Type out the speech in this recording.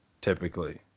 typically